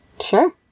Sure